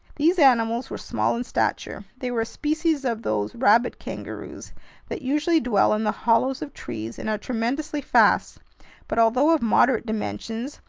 these animals were small in stature. they were a species of those rabbit kangaroos that usually dwell in the hollows of trees and are tremendously fast but although of moderate dimensions,